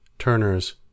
Turners